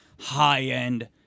high-end